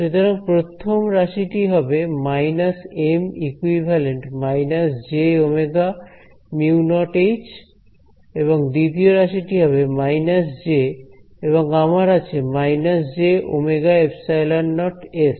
সুতরাং প্রথম রাশিটি হবে minus M equivalent minus J omega mu naught H এবং দ্বিতীয় রাশিটি হবে মাইনাস জে এবং আমার আছে minus J omega epsilon naught S